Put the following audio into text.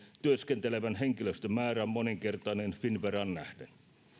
työskentelevän henkilöstön määrä on moninkertainen finnveraan nähden